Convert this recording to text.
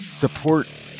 support